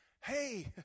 hey